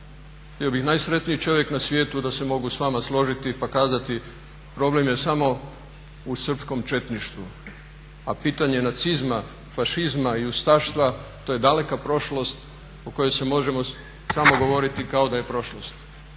Bio bih najsretniji čovjek na svijetu da se mogu s vama složiti pa kazati problem je samo u srpskom četništvu a pitanje nacizma, fašizma i ustaštva to je daleka prošlost o kojoj možemo samo govoriti da je prošlost.